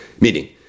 meaning